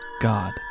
God